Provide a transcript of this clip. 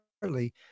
partly